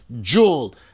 jewel